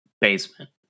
basement